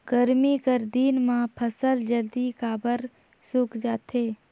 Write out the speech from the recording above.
गरमी कर दिन म फसल जल्दी काबर सूख जाथे?